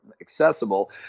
accessible